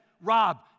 Rob